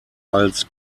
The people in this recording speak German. als